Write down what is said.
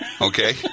Okay